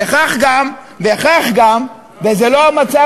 וכך גם, זה המצב